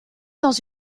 dans